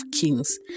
Kings